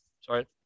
sorry